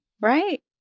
right